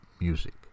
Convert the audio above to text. music